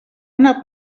una